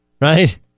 right